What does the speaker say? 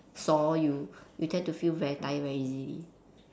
sore you you tend to feel very tired very easy